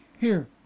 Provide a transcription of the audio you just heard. Here